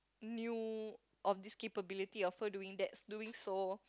knew of this capability of her doing that doing so